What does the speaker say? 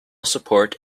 support